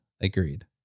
Agreed